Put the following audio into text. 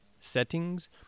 settings